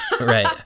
Right